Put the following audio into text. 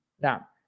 Now